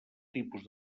tipus